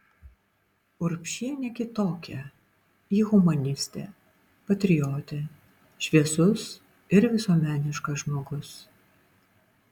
urbšienė kitokia ji humanistė patriotė šviesus ir visuomeniškas žmogus